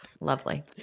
Lovely